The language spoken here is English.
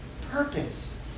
purpose